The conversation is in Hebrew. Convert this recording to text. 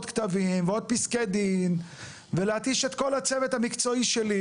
כתבים ועוד פסקי דין ולהתיש את כל הצוות המקצועי שלי,